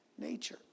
nature